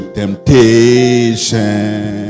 temptation